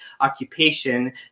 occupation